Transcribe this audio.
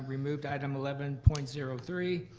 removed item eleven point zero three,